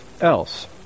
else